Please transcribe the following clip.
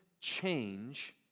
change